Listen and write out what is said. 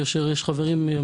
כאשר יש חברים,